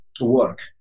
work